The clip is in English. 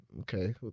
okay